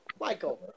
Michael